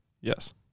Yes